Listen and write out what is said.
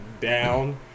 down